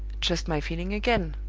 just my feeling again!